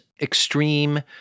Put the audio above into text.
extreme